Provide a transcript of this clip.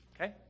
Okay